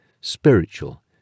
spiritual